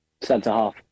Centre-half